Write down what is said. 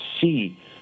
see